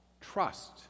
trust